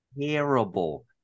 terrible